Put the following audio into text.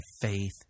faith